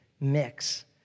mix